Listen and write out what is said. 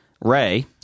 Ray